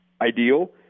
ideal